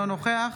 אינו נוכח